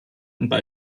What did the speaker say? und